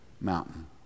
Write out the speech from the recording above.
mountain